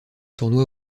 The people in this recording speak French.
tournoi